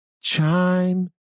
chime